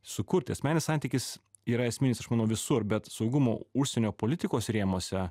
sukurt asmeninis santykis yra esminis aš manau visur bet saugumo užsienio politikos rėmuose